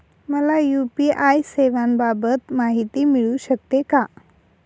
मला यू.पी.आय सेवांबाबत माहिती मिळू शकते का?